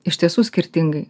iš tiesų skirtingai